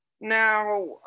Now